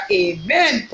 amen